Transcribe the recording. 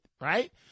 right